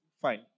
fine